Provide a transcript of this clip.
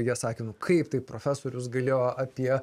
jie sakė nu kaip taip profesorius galėjo apie